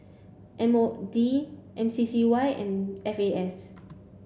M O D M C C Y and F A S